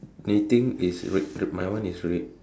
main thing is red my one is red